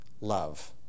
Love